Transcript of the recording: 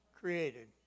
created